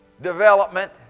development